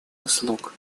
услуг